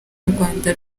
rwanda